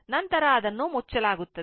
ನಂತರ ಅದನ್ನು ಮುಚ್ಚಲಾಗುತ್ತದೆ